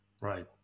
Right